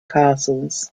castles